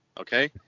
Okay